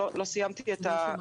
לא סיימתי את הסקירה.